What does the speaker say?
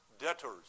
debtors